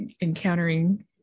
encountering